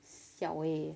siao eh